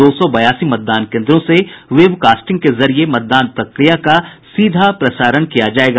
दो सौ बयासी मतदान केन्द्रों से वेबकास्टिंग के जरिये मतदान प्रक्रिया का सीधा प्रसारण किया जायेगा